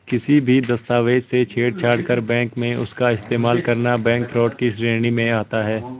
किसी भी दस्तावेज से छेड़छाड़ कर बैंक में उसका इस्तेमाल करना बैंक फ्रॉड की श्रेणी में आता है